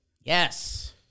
Yes